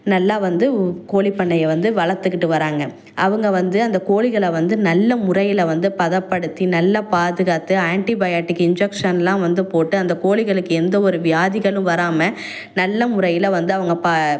நல்லா வந்து உ கோழிபண்ணையை வந்து வளர்த்துக்கிட்டு வராங்கள் அவங்க வந்து அந்த கோழிகளை வந்து நல்ல முறையில் வந்து பதப்படுத்தி நல்லா பாதுகாத்து ஆன்ட்டிபயாட்டிக் இன்ஜக்ஷன்லாம் வந்து போட்டு அந்த கோழிகளுக்கு எந்த ஒரு வியாதிகளும் வராமல் நல்ல முறையில் வந்து அவங்க ப